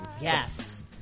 Yes